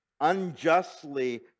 unjustly